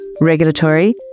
regulatory